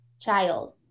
child